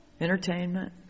entertainment